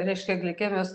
reiškia glikemijos